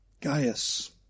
Gaius